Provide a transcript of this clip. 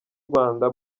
rwanda